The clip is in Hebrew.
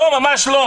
לא, ממש לא.